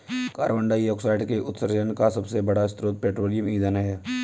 carbon dioxide के उत्सर्जन का सबसे बड़ा स्रोत पेट्रोलियम ईंधन है